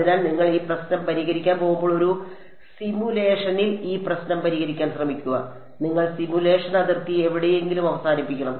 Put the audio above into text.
അതിനാൽ നിങ്ങൾ ഈ പ്രശ്നം പരിഹരിക്കാൻ പോകുമ്പോൾ ഒരു സിമുലേഷനിൽ ഈ പ്രശ്നം പരിഹരിക്കാൻ ശ്രമിക്കുക നിങ്ങൾ സിമുലേഷൻ അതിർത്തി എവിടെയെങ്കിലും അവസാനിപ്പിക്കണം